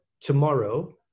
tomorrow